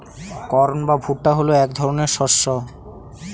corn বা ভুট্টা হলো এক ধরনের শস্য